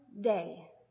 day